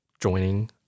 joining